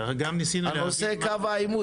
כי הרי גם ניסינו להבין --- הנושא קו העימות,